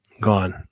gone